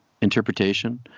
interpretation